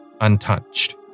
untouched